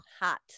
Hot